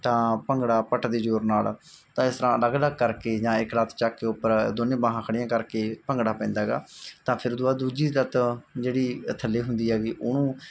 ਤਾਂ ਭੰਗੜਾ ਪੱਟ ਦੇ ਜ਼ੋਰ ਨਾਲ ਤਾਂ ਇਸ ਤਰ੍ਹਾਂ ਅਲੱਗ ਅਲੱਗ ਕਰਕੇ ਜਾਂ ਇੱਕ ਲੱਤ ਚੱਕ ਕੇ ਉੱਪਰ ਦੋਨੇ ਬਾਹਾਂ ਖੜ੍ਹੀਆਂ ਕਰਕੇ ਭੰਗੜਾ ਪੈਂਦਾ ਹੈਗਾ ਤਾਂ ਫਿਰ ਉਹ ਤੋਂ ਬਾਅਦ ਦੂਜੀ ਲੱਤ ਜਿਹੜੀ ਥੱਲੇ ਹੁੰਦੀ ਹੈਗੀ ਉਹਨੂੰ